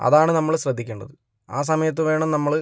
അതാണ് നമ്മള് ശ്രദ്ധിക്കേണ്ടത് ആ സമയത്ത് വേണം നമ്മള്